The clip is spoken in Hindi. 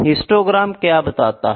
हिस्टोग्राम क्या बताता है